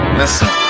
listen